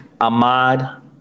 Ahmad